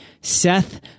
Seth